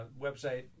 website